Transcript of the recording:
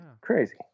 crazy